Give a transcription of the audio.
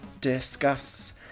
discuss